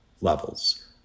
levels